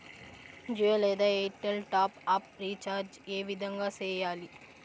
జియో లేదా Airtel top up recharge ఏ విధంగా సేయాలి